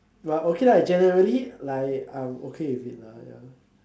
but okay lah generally like I'm okay with it lah ya